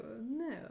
no